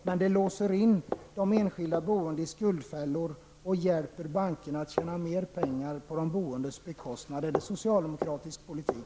Men det låser in de enskilda boende i skuldfällor och hjälper bankerna att tjäna mer pengar på de boendes bekostnad. Är det socialdemokratisk politik?